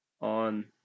on